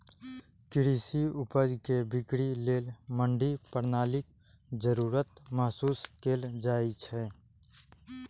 कृषि उपज के बिक्री लेल मंडी प्रणालीक जरूरत महसूस कैल जाइ छै